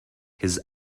his